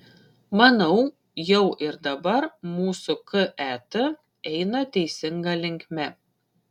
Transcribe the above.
manau jau ir dabar mūsų ket eina teisinga linkme